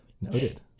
Noted